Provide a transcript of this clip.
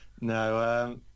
No